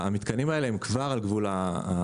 המתקנים האלה הם כבר על גבול ההפסד,